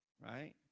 Right